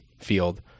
field